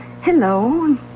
hello